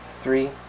Three